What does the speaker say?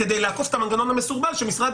כדי לעקוף את המנגנון המסורבל שמשרד